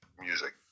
music